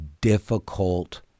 difficult